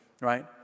right